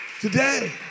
Today